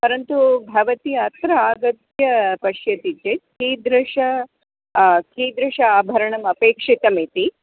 परन्तु भवती अत्र आगत्य पश्यति चेत् कीदृशं कीदृशम् आभरणम् अपेक्षितमिति